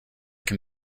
can